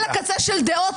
אני מתכבד לפתוח את הישיבה.